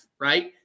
right